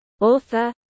author